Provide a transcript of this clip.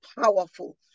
powerful